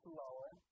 lower